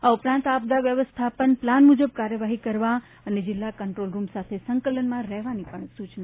આ ઉપરાંત આપદા વ્યવસ્થાપન પ્લાન મુજબ કાર્યવાહી કરવા અને જિલ્લા કન્ટ્રોલરૂમ સાથે સંકલનમાં રહેવાની પણ સૂચના છે